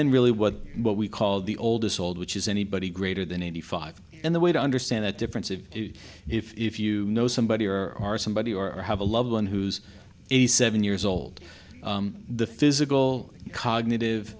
then really what what we call the old us old which is anybody greater than eighty five and the way to understand that difference of if you know somebody or somebody or have a loved one who's eighty seven years old the physical cognitive